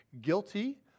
guilty